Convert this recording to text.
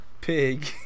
pig